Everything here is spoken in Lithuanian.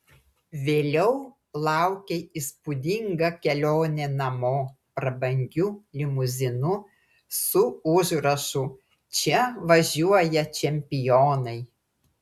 vėliau laukė įspūdinga kelionė namo prabangiu limuzinu su užrašu čia važiuoja čempionai